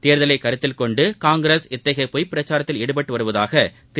தேர்தலைக் கருத்தில் கொண்டு காங்கிரஸ் இத்தகைய பொய் பிரச்சாரத்தில் ஈடுபட்டு வருவதாக திரு